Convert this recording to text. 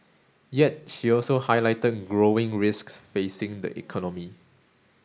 yet she also highlighted growing risks facing the economy